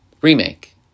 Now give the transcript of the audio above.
remake